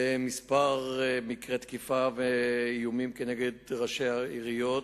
בכמה מקרי תקיפה ואיומים כנגד ראשי עיריות,